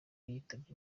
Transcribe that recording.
yitabye